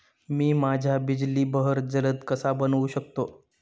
मी माझ्या बिजली बहर जलद कसा बनवू शकतो?